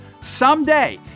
someday